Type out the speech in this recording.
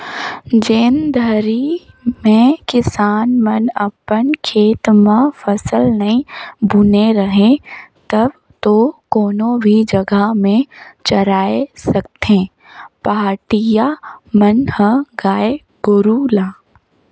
जेन घरी में किसान मन अपन खेत म फसल नइ बुने रहें तब तो कोनो भी जघा में चराय सकथें पहाटिया मन ह गाय गोरु ल